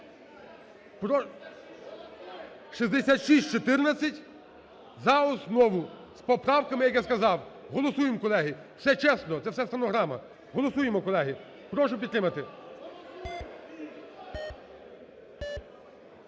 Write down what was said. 6614 за основу з поправками, як я сказав. Голосуємо, колеги. Все чесно, це все – стенограма. Голосуємо, колеги! Прошу підтримати.